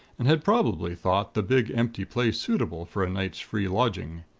and had probably thought the big empty place suitable for a night's free lodging.